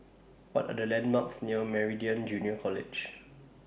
What Are The landmarks near Meridian Junior College